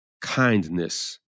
Kindness